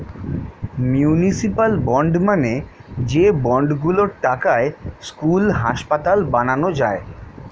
municipal bond মানে যে bond গুলোর টাকায় স্কুল, হাসপাতাল বানানো যায়